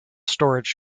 storage